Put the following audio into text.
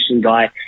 guy